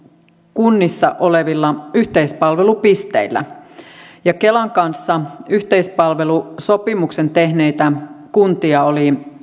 kunnissa olevilla yhteispalvelupisteillä kelan kanssa yhteispalvelusopimuksen tehneitä kuntia oli